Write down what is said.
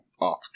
off